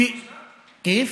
איך?